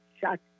shut